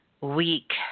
week